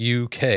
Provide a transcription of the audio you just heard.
UK